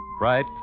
right